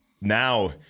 Now